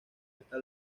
esta